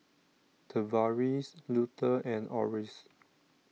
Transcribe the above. Tavaris Luther and Orris